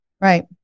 Right